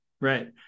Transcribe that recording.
Right